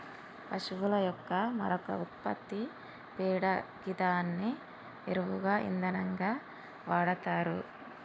పశువుల యొక్క మరొక ఉత్పత్తి పేడ గిదాన్ని ఎరువుగా ఇంధనంగా వాడతరు